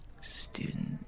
student